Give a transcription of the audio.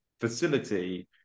facility